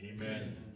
Amen